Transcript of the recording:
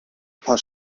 paar